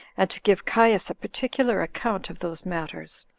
and to give caius a particular account of those matters,